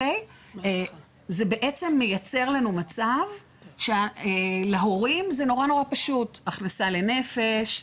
זה בעצם מייצר לנו מצב שלהורים זה נורא פשוט: הכנסה לנפש,